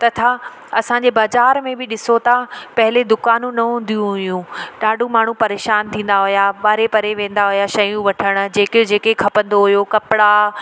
तथा असांजे बाज़ारि में बि ॾिसो था पहिरियों दुकानूं न हूंदियूं हुयूं ॾाढो माण्हू परेशान थींदा हुआ पारे परे वेंदा हुआ शयूं वठणु जेके जेके खपंदो हुओ कपिड़ा